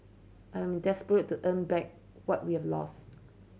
I'm desperate to earn back what we have lost